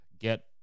get